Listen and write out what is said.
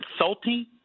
insulting